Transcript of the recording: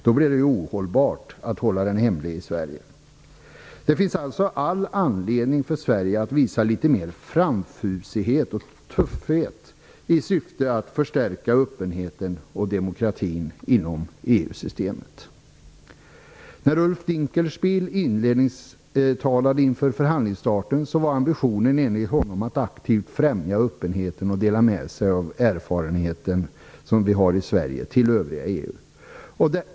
Då blev det ju omöjligt att hålla den hemlig i Det finns alltså all anledning för Sverige att visa litet mer framfusighet och tuffhet i syfte att förstärka öppenheten och demokratin inom EU-systemet. När Ulf Dinkelspiel inledningstalade inför förhandlingsstarten var ambitionen enligt honom att aktivt främja öppenheten och dela med sig av den erfarenhet som vi har i Sverige till det övriga EU.